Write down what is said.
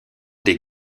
des